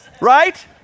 right